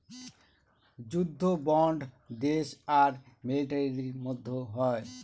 যুদ্ধ বন্ড দেশ আর মিলিটারির মধ্যে হয়